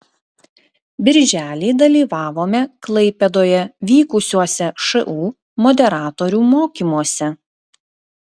birželį dalyvavome klaipėdoje vykusiuose šu moderatorių mokymuose